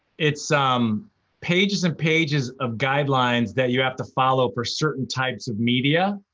it's um pages and pages of guidelines that you have to follow for certain types of media,